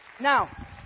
Now